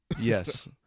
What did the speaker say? Yes